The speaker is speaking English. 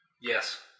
Yes